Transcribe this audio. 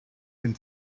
and